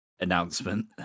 announcement